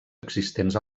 existents